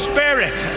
Spirit